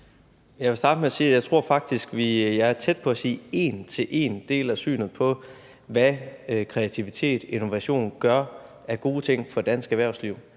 Jeg vil starte med, og jeg er tæt på at sige, at jeg en til en deler synet på, hvad kreativitet, innovation gør af gode ting for dansk erhvervsliv.